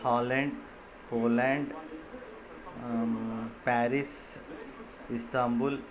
holland Poland Paris Istanbul